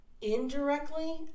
indirectly